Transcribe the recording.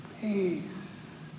Peace